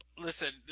Listen